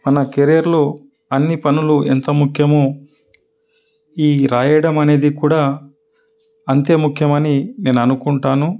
మన కెరియర్లో అన్ని పనులు ఎంత ముఖ్యమో ఈ రాయడం అనేది కూడా అంతే ముఖ్యం అని నేను అనుకుంటాను